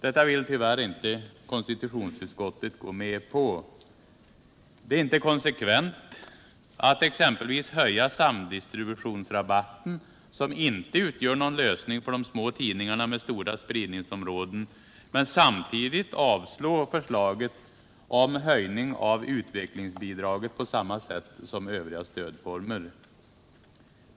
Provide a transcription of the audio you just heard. Detta vill tyvärr inte konstitutionsutskottet gå med på. Det är inte konsekvent att exempelvis höja samdistributionsrabatten, som inte utgör någon lösning för små tidningar med stora spridningsområden, men samtidigt avslå förslaget om höjning av utvecklingsbidraget på samma sätt som övriga stödformer.